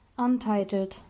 Untitled